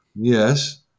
yes